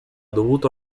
dovuto